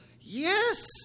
yes